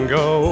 go